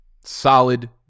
solid